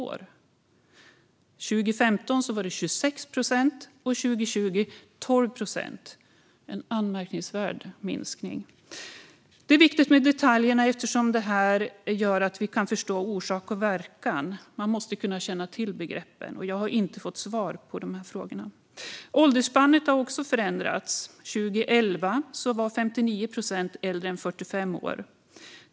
År 2015 var det 26 procent, och 2020 var det 12 procent. Det är en anmärkningsvärd minskning. Det är viktigt med detaljerna eftersom de gör att vi kan förstå orsak och verkan. Man måste känna till begreppen. Jag har inte fått svar på dessa frågor. Åldersspannet har också förändrats. År 2011 var 59 procent äldre än 45 år.